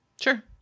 sure